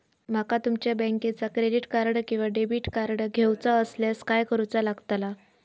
माका तुमच्या बँकेचा क्रेडिट कार्ड किंवा डेबिट कार्ड घेऊचा असल्यास काय करूचा लागताला?